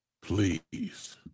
Please